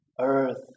earth